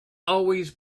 always